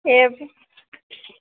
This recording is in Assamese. এই